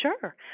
Sure